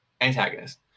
antagonist